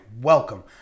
welcome